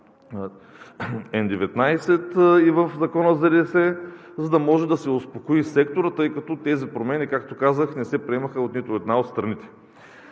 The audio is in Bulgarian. N-19 и в Закона за ДДС, за да може да се успокои секторът, тъй като тези промени, както казах, не се приемаха от нито една от страните.